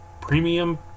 premium